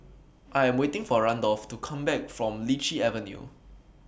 I Am waiting For Randolph to Come Back from Lichi Avenue